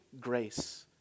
grace